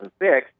2006